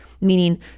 meaning